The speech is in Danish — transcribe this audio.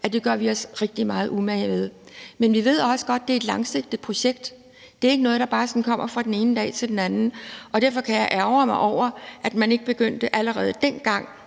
været for nylig, omkring sosu-assistenter. Men vi ved også godt, at det er et langsigtet projekt; det er ikke noget, der bare sådan kommer fra den ene dag til den anden. Og derfor kan jeg ærgre mig over, at man ikke begyndte allerede dengang,